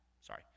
Sorry